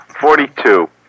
forty-two